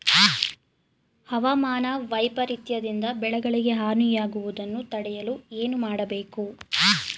ಹವಾಮಾನ ವೈಪರಿತ್ಯ ದಿಂದ ಬೆಳೆಗಳಿಗೆ ಹಾನಿ ಯಾಗುವುದನ್ನು ತಡೆಯಲು ಏನು ಮಾಡಬೇಕು?